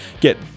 get